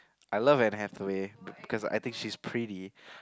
I love Anne-Hathaway because I think she's pretty